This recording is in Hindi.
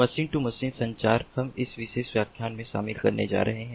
मशीन टू मशीन संचार हम इस विशेष व्याख्यान में शामिल करने जा रहे हैं